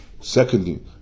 secondly